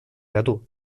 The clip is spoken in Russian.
году